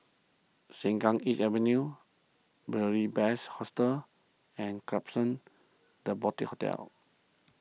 Sengkang East Avenue Beary Best Hostel and Klapsons the Boutique Hotel